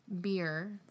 beer